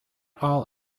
all